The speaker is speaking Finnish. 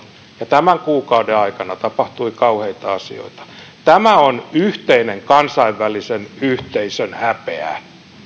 tämän kuukauden aikana tapahtui kauheita asioita tämä on yhteinen kansainvälisen yhteisön häpeä